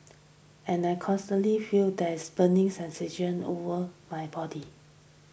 and I constantly feel this burning sensation all over my body